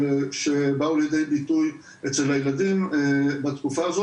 שבאו ליידי ביטוי אצל הילדים בתקופה הזו,